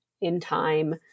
in-time